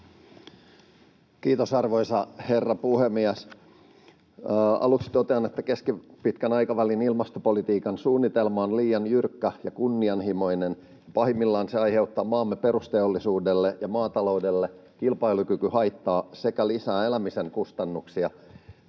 Kiitos, arvoisa herra puhemies! Aluksi totean, että keskipitkän aikavälin ilmastopolitiikan suunnitelma on liian jyrkkä ja kunnianhimoinen. Pahimmillaan se aiheuttaa maamme perusteollisuudelle ja maataloudelle kilpailukykyhaittaa sekä lisää elämisen kustannuksia.